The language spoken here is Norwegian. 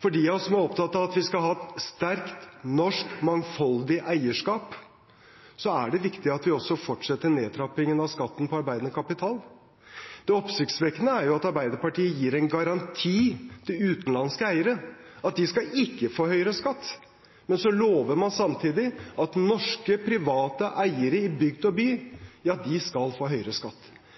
For de av oss som er opptatt av at vi skal ha et sterkt og mangfoldig norsk eierskap, er det viktig at vi også fortsetter nedtrappingen av skatten på arbeidende kapital. Det oppsiktsvekkende er jo at Arbeiderpartiet gir en garanti til utenlandske eiere om at de ikke skal få høyere skatt, og så lover man samtidig at norske private eiere i bygd og by skal få høyere skatt.